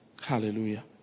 Hallelujah